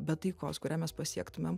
bet taikos kurią mes pasiektumėm